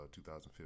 2015